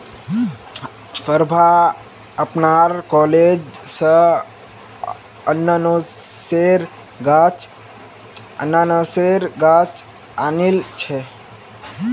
प्रभा अपनार कॉलेज स अनन्नासेर गाछ आनिल छ